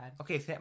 Okay